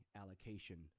allocation